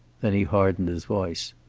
then he hardened his voice.